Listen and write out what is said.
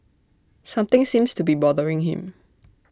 something seems to be bothering him